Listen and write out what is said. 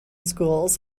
schools